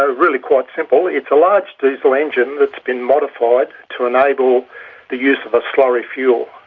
ah really quite simple, it's a large diesel engine that's been modified to enable the use of a slurry fuel.